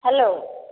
hello